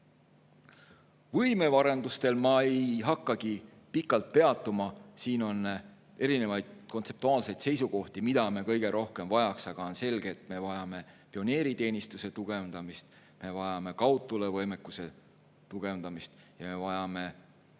Võimearendustel ma ei hakkagi pikalt peatuma, siin on erinevaid kontseptuaalseid seisukohti, mida me kõige rohkem vajaks. Aga on selge, et me vajame pioneeriteenistuse tugevdamist, me vajame kaudtulevõimekuse tugevdamist, me vajame